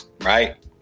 right